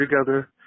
together